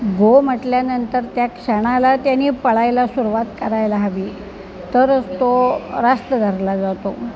गो म्हटल्यानंतर त्या क्षणाला त्याने पळायला सुरूवात करायला हवी तरच तो रास्त धरला जातो